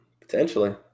Potentially